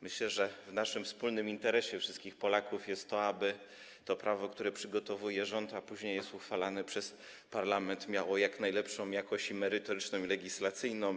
Myślę, że w naszym wspólnym interesie, wszystkich Polaków, jest to, aby prawo, które przygotowuje rząd, a które później jest uchwalane przez parlament, miało jak najlepszą jakość, i merytoryczną, i legislacyjną.